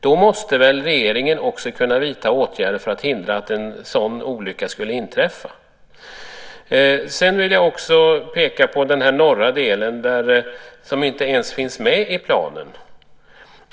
Då måste väl regeringen också kunna vidta åtgärder för att hindra att en sådan olycka skulle inträffa? Jag vill också peka på den norra delen som inte ens finns med i planen.